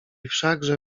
wszakże